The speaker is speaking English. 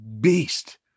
beast